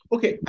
Okay